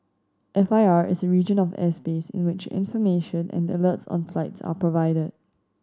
F I R is a region of airspace in which information and alerts on flights are provided